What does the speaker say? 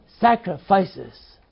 sacrifices